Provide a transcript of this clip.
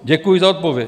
Děkuji za odpověď.